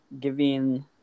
giving